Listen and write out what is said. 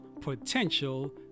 Potential